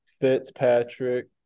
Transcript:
Fitzpatrick